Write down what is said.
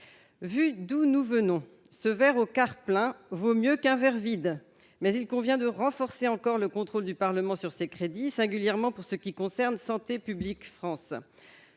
vu d'où nous venons, ce Vert aux cars pleins vaut mieux qu'un verre vide mais il convient de renforcer encore le contrôle du Parlement sur ces crédits, singulièrement pour ce qui concerne Santé publique France